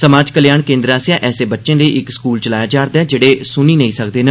समाज कल्याण केन्द्र आसेआ ऐसे बच्चें लेई इक स्कूल चलाया जा'रदा ऐ जेहड़े सुनी नेई सकदे न